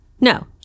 no